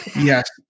Yes